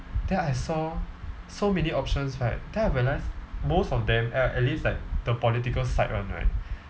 then I saw so many options right then I realised most of them uh at least like the political side one right